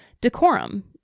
decorum